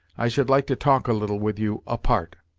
i should like to talk a little with you, apart.